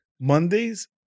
Mondays